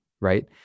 right